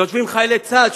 יושבים חיילי צה"ל,